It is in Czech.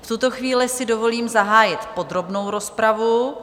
V tuto chvíli si dovolím zahájit podrobnou rozpravu.